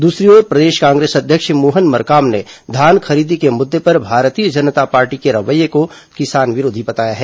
दूसरी ओर प्रदेश कांग्रेस अध्यक्ष मोहन मरकाम ने धान खरीदी के मुद्दे पर भारतीय जनता पार्टी के रवैये को किसान विरोधी बताया है